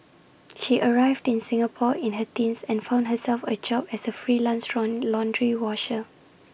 she arrived in Singapore in her teens and found herself A job as A freelance round laundry washer